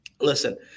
Listen